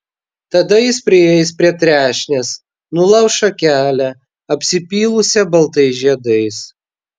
tada jis prieis prie trešnės nulauš šakelę apsipylusią baltais žiedais